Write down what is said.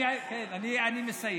אני מסיים.